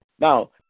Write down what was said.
Now